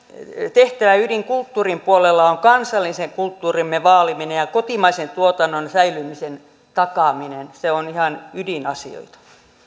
tehtävän ydin kulttuurin puolella on kansallisen kulttuurimme vaaliminen ja kotimaisen tuotannon säilymisen takaaminen se on ihan ydinasioita